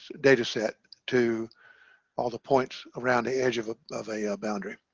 data set to all the points around the edge of ah of a ah boundary